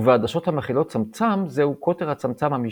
ובעדשות המכילות צמצם זהו קוטר הצמצם, המשתנה.